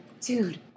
Dude